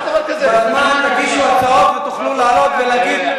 בזמן תגישו הצעות ותוכלו לעלות ולהגיד.